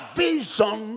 vision